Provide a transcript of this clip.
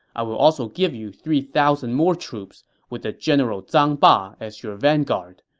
i will also give you three thousand more troops, with the general zang ba as your vanguard.